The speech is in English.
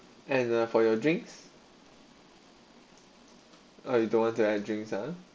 and uh for your drinks oh you don't want any drinks ah